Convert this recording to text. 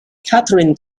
katherine